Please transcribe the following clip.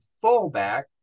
fullback